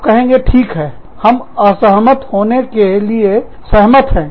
आप कहेंगे ठीक है हम असहमत होने के लिए सहमत हैं